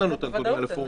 בוודאות אין.